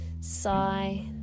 sigh